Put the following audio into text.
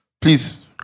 please